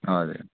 हजुर